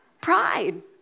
Pride